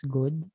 good